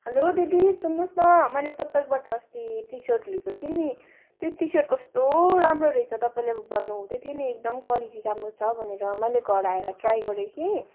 hello दिदी सुन्नुहोस् न मैले तपाईँकोबाट अस्ति टिसर्ट लिएको थिएँ नि त्यो टिसर्ट कस्तो राम्रो रहेछ तपाईँले भन्नुहुँदै थियो नि एकदम क्वालिटी राम्रो छ भनेर मैले घर आएर ट्राई गरेँ कि